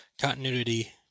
continuity